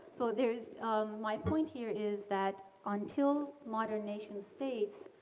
so there's my point here is that until modern nation states,